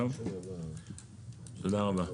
תודה רבה.